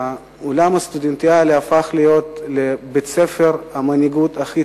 שהעולם הסטודנטיאלי הפך להיות בית-הספר הכי